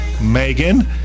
Megan